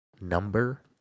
number